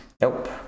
Nope